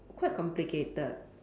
quite complicated